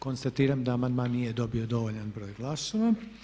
Konstatiram da amandman nije dobio dovoljan broj glasova.